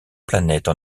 planètes